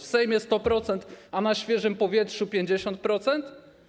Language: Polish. W Sejmie 100%, a na świeżym powietrzu 50%?